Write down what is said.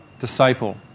disciple